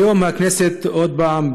היום הכנסת עוד פעם,